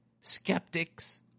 skeptics